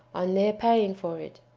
on their paying for it.